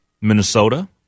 Minnesota